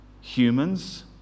humans